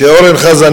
כל